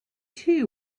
too